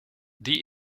die